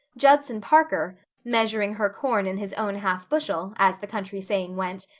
judson parker, measuring her corn in his own half bushel, as the country saying went,